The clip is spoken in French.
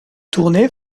tournai